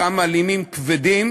אותם מעלימים כבדים,